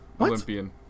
Olympian